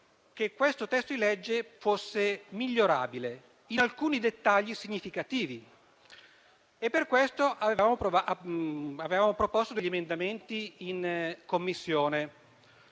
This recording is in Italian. che il testo fosse migliorabile in alcuni dettagli significativi. Per questo avevamo proposto alcuni emendamenti in Commissione,